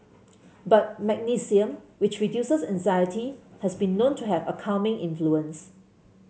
but magnesium which reduces anxiety has been known to have a calming influence